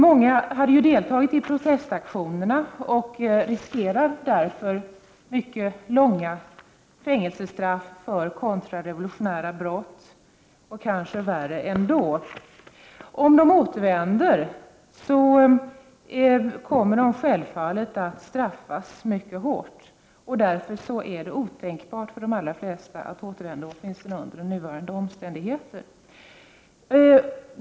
Många deltog i protestaktionerna och riskerar därför mycket långa fängelsestraff — och kanske värre än så — för kontrarevolutionära brott. Om de återvänder kommer de självfallet att straffas mycket hårt. Därför är det otänkbart för de allra flesta att återvända, åtminstone under nuvarande omständigheter.